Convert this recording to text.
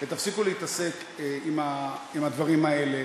ותפסיקו להתעסק עם הדברים האלה.